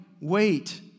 wait